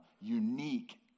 unique